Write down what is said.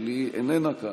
אבל היא איננה כאן.